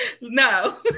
No